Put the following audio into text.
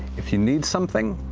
if you need something,